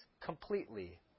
completely